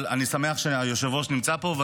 אבל אני שמח שהיושב-ראש נמצא פה,